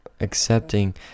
accepting